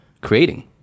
creating